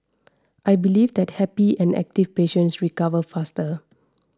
I believe that happy and active patients recover faster